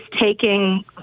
taking